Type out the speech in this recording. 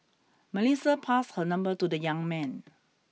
Melissa passed her number to the young man